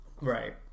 right